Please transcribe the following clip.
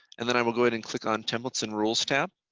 and then i will go ahead and click on templates and rules tab.